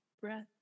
Breath